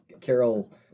carol